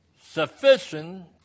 sufficient